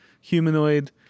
humanoid